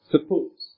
Suppose